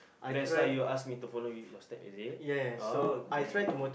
that's why you ask me to follow you your step is it oh okay